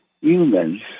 humans